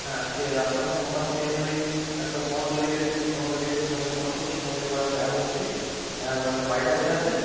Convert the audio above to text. হ্যাঁ ঠিক আছে আপনার সঙ্গে মোটামুটি আমি ওই একবার পনেরো তারিখের পনেরো তারিখের মধ্যে ফোন করছি পনেরো তারিখের পর দেখা করছি দেখা করে আপনার বাড়িটা কোথায় আছে